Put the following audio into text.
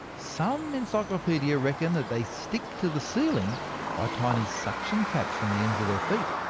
some encyclopaediae reckon that they stick to the ceiling by tiny suction caps on the ends of their feet.